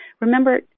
Remember